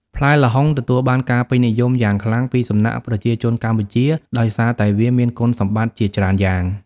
ផ្លែល្ហុងទទួលបានការពេញនិយមយ៉ាងខ្លាំងពីសំណាក់ប្រជាជនកម្ពុជាដោយសារតែវាមានគុណសម្បត្តិជាច្រើនយ៉ាង។